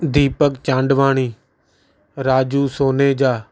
Deepak Chandwani Raju Soneja